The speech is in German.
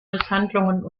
misshandlungen